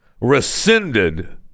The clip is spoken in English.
rescinded